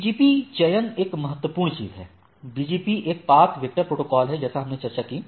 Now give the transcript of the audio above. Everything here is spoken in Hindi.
BGP चयन एक महत्वपूर्ण चीज है BGP एक पाथ वेक्टर प्रोटोकॉल है जैसा हमने चर्चा की